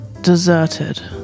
deserted